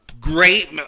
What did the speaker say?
great